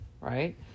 Right